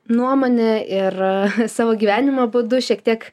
nuomone ir savo gyvenimo būdu šiek tiek